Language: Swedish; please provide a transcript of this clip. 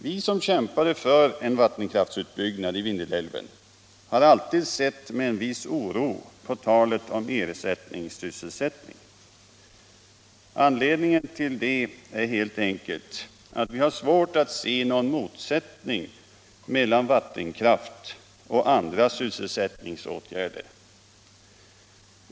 Vi som kämpade för en vattenkraftsutbyggnad i Vindelälven har alltid lyssnat med en viss oro på talet om ersättningssysselsättning. Anledningen till det är helt enkelt att vi har svårt att se någon motsättning mellan vattenkraft och andra sysselsättningsåtgärder.